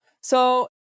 So-